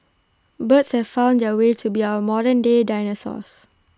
birds have been found to be our modernday dinosaurs